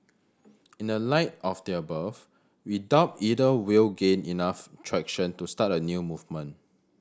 in the light of the above we doubt either will gain enough traction to start a new movement